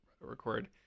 record